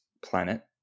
planet